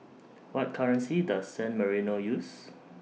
What currency Does San Marino use